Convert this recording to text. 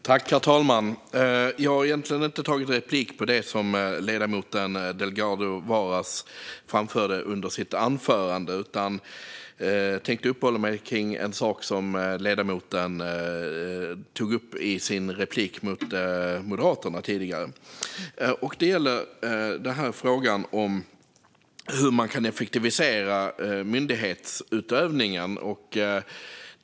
Herr talman! Jag begärde egentligen inte replik med anledning av det ledamoten Delgado Varas framförde under sitt anförande, utan jag tänkte uppehålla mig vid något som ledamoten tog upp i sitt replikskifte med Moderaterna tidigare. Det gäller frågan hur man kan effektivisera myndighetsutövningen.